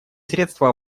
средство